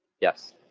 yes.